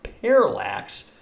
Parallax